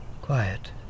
Quiet